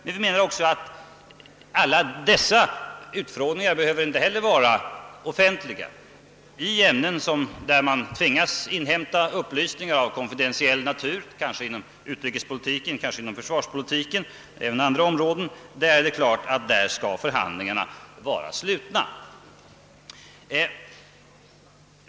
Men inte heller alla dessa utfrågningar bör vara offentliga, utan i ämnen, där man tvingas inhämta upplysning av konfidentiell natur, såsom inom det utrikespolitiska, försvarspolitiska eller annat område, skall förhandlingarna vara slutna.